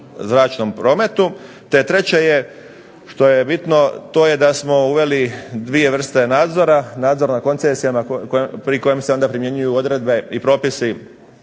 zračnom prometu. TE treće je, što je bitno da smo uveli dvije vrste nadzora, nadzor nad koncesijama pri kojem se onda primjenjuju odredbe i propisi